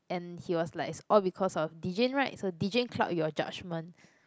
and he was like it's all because of De-Jing right so De-Jing cloud your judgement